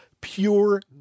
pure